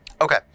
Okay